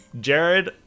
Jared